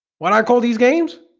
what i call these games